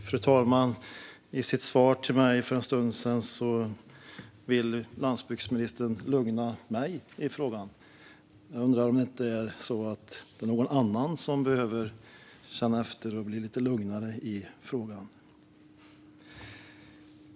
Fru talman! I sitt svar till mig för en stund sedan ville landsbygdsministern lugna mig i frågan. Jag undrar om det inte är någon annan som behöver känna efter och bli lite lugnare i frågan.